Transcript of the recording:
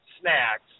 snacks